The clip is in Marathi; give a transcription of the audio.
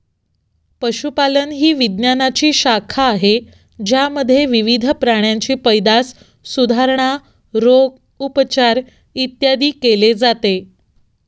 पशुपालन ही विज्ञानाची शाखा आहे ज्यामध्ये विविध प्राण्यांची पैदास, सुधारणा, रोग, उपचार, इत्यादी केले जाते